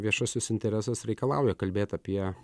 viešasis interesas reikalauja kalbėt apie